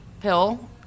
pill